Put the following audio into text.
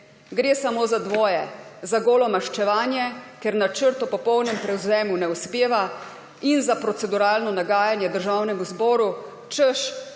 Gre samo za dvoje, za golo maščevanje, ker načrt o popolnem prevzemu ne uspeva, in za proceduralno nagajanje Državnemu zboru, češ,